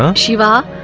ah shiva,